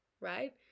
right